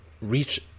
reach